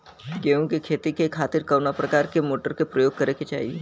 गेहूँ के खेती के खातिर कवना प्रकार के मोटर के प्रयोग करे के चाही?